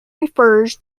refers